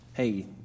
hey